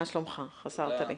אני